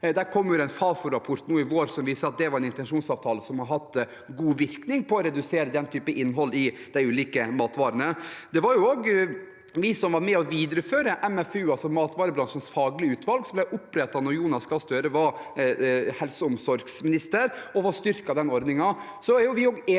Det kom en Fafo-rapport nå i vår som viser at det er en intensjonsavtale som har hatt god virkning på å redusere den typen innhold i de ulike matvarene. Det var også vi som var med på å videreføre MFU, Matbransjens Faglige Utvalg, som ble opprettet da Jonas Gahr Støre var helse- og omsorgsminister, og vi har styrket den ordningen.